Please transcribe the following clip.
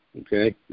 okay